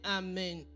amen